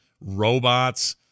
robots